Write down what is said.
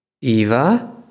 Eva